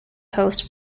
host